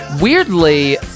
weirdly